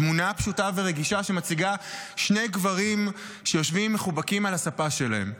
תמונה פשוטה ורגישה שמציגה שני גברים שיושבים מחובקים על הספה שלהם.